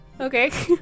Okay